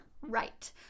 right